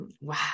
Wow